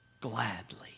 gladly